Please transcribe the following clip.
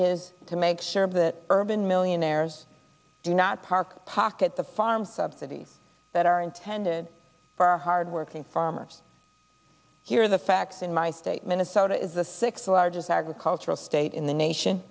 is to make sure that urban millionaires do not park pocket the farm subsidies that are intended for hardworking farmers hear the facts in my state minnesota is the sixth largest agricultural state in the nation